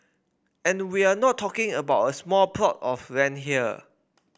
and we're not talking about a small plot of land here